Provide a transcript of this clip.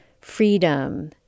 Freedom